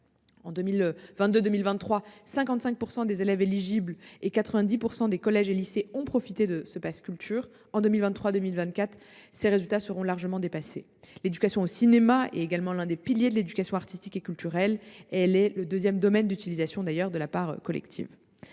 En 2022 2023, quelque 55 % des élèves éligibles et 90 % des collèges et lycées ont profité du pass Culture. En 2023 2024, ces résultats seront largement dépassés. L’éducation au cinéma est l’un des piliers de l’éducation artistique et culturelle. Elle est le deuxième domaine d’utilisation de la part collective